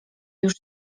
już